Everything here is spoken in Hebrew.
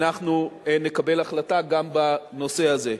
אנחנו נקבל החלטה גם בנושא הזה.